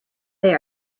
they